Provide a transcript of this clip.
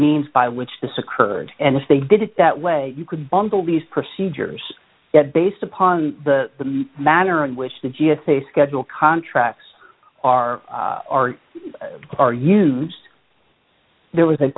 means by which this occurred and if they did it that way you could bungle these procedures that based upon the manner in which the g s a schedule contracts are are are used there was a